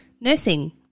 nursing